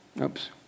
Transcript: oops